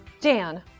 Dan